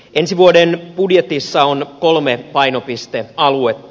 ensi vuoden budjetissa on kolme painopistealuetta